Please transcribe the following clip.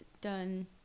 done